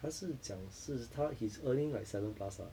他是讲是他 he's earning like seven plus lah